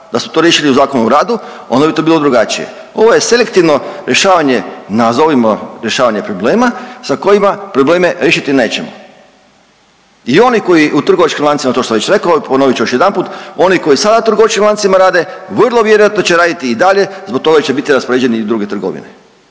da smo to riješili u Zakonu o radu onda bi to bilo drugačije. Ovo je selektivno rješavanje, nazovimo rješavanje problema sa kojima probleme riješiti nećemo. I oni koji u trgovačkim lancima, to sam već rekao i ponovit ću još jedanput, oni koji sada u trgovačkim lancima rade vrlo vjerojatno će raditi i dalje, zbog toga će biti raspoređeni i u druge trgovine